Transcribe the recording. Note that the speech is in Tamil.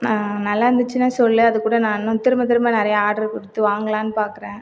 நல்லா இருந்துச்சுன்னா சொல் அதுகூட நான் இன்னும் திரும்ப திரும்ப நிறையா ஆர்டர் கொடுத்து வாங்கலாம்னு பாக்கிறேன்